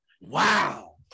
Wow